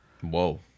Whoa